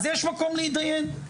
אז יש מקום להתדיין,